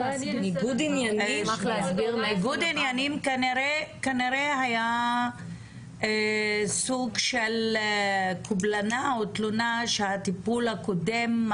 ניגוד עניינים כנראה היה סוג של קובלנה או תלונה שהטיפול הקודם,